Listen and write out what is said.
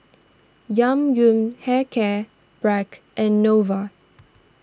Yang Yun Hair Care Bragg and Nova